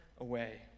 away